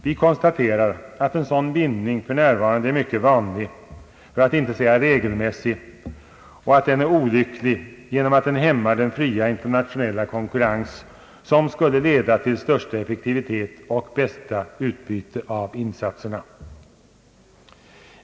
Vi konstaterar att en sådan bindning för närvarande är mycket vanlig för att inte säga regelmässig och att den är olycklig genom att den hämmar den fria internationella konkurrens som skulle leda till största effektivitet och bästa utbyte av insatserna.